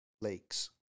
lakes